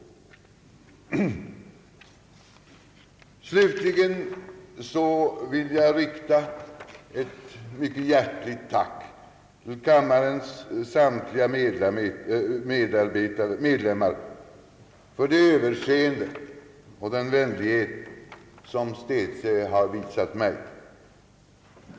Till kammarens samtliga ledamöter vill jag rikta ett mycket hjärtligt tack för det överseende och den vänlighet som städse har visats mig.